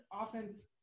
offense